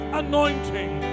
anointing